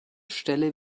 stelle